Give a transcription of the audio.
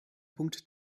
punkt